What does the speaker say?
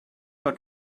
out